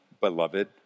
beloved